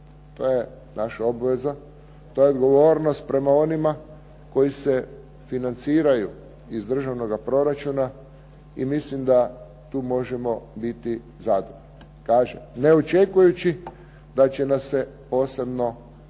To je naša obaveza, to je odgovornost prema onima koji se financiraju iz državnoga proračuna i mislim da tu možemo biti zadovoljeni, kažem ne očekujući da će nas se posebno pohvaliti